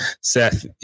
Seth